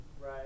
Right